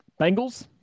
Bengals